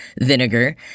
vinegar